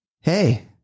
Hey